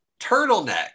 turtleneck